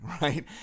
right